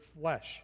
flesh